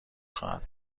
خواهد